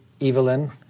Evelyn